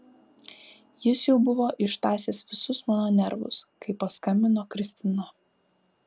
jis jau buvo ištąsęs visus mano nervus kai paskambino kristina